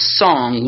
song